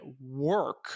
work